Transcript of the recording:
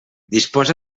disposa